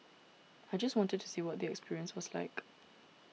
I just wanted to see what the experience was like